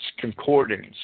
Concordance